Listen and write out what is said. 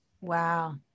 Wow